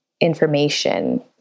information